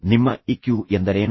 ನಿಮ್ಮ ಇಕ್ಯೂ ಎಂದರೇನು